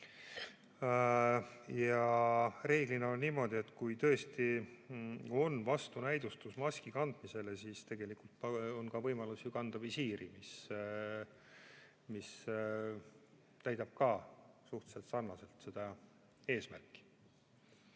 Ja reeglina on niimoodi, et kui tõesti on vastunäidustus maski kandmisele, siis tegelikult on ka võimalus kanda visiiri, mis täidab suhteliselt sarnaselt seda eesmärki. Nüüd,